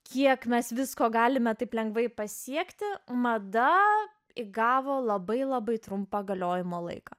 kiek mes visko galime taip lengvai pasiekti mada įgavo labai labai trumpą galiojimo laiką